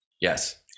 Yes